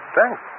Thanks